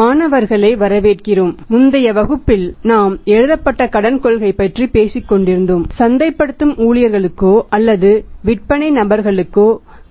மாணவர்களை வரவேற்கிறோம் முந்தைய வகுப்பில் நாம் எழுதப்பட்ட கடன் கொள்கையைப் பற்றி பேசிக் கொண்டிருந்தோம் சந்தைப்படுத்தும் ஊழியர்களுக்கோ அல்லது விற்பனை நபர்களுக்கோ